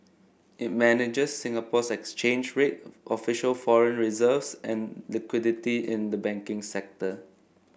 it manages Singapore's exchange rate official foreign reserves and liquidity in the banking sector